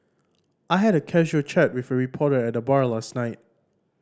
I had a casual chat with a reporter at the bar last night